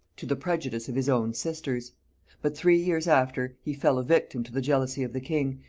to the prejudice of his own sisters but three years after he fell a victim to the jealousy of the king,